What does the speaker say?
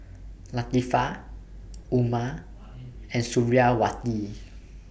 Latifa Umar and Suriawati